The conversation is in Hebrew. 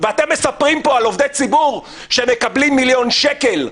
ואתם מספרים פה על עובדי ציבור שמקבלים מיליון שקל?